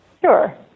Sure